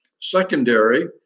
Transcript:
secondary